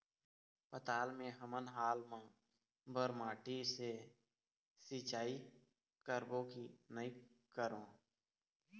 पताल मे हमन हाल मा बर माटी से सिचाई करबो की नई करों?